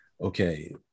Okay